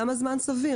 למה זמן סביר?